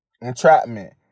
entrapment